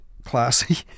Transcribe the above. Classy